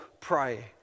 pray